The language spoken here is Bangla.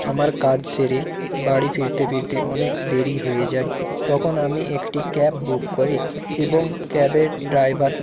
আমার কাজ সেরে বাড়ি ফিরতে ফিরতে অনেক দেরি হয়ে যায় তখন আমি একটি ক্যাব বুক করি এবং ক্যাবের ড্রাইভার